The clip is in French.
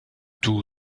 tout